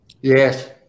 Yes